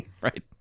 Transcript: right